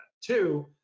Two